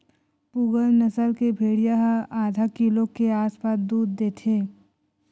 पूगल नसल के भेड़िया ह आधा किलो के आसपास दूद देथे